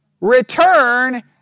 return